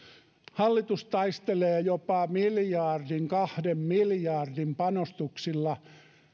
hallitus taistelee jopa miljardin kahden miljardin panostuksilla